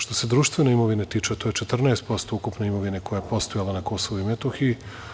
Što se društven imovine tiče, to je 14% ukupne imovine koja je postojala na Kosovu i Metohiji.